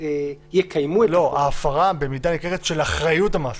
כתוב: "הפרה במידה ניכרת של אחריות המעסיק".